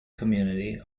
community